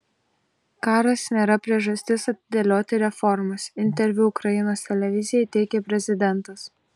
karas nėra priežastis atidėlioti reformas interviu ukrainos televizijai teigė prezidentas